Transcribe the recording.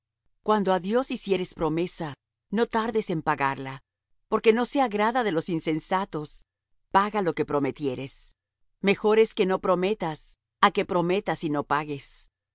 cuando á dios hicieres promesa no tardes en pagarla porque no se agrada de los insensatos paga lo que prometieres mejor es que no prometas que no que prometas y no pagues